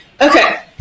Okay